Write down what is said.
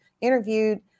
interviewed